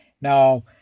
Now